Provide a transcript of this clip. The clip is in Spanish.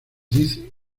dicen